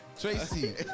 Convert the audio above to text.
Tracy